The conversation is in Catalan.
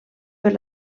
per